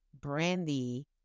brandy